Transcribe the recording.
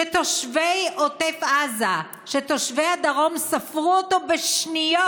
שתושבי עוטף עזה, שתושבי הדרום, ספרו אותו בשניות.